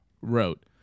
wrote